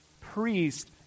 priest